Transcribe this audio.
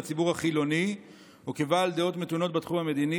"לציבור החילוני וכבעל דעות מתונות בתחום המדיני,